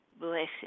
Blessed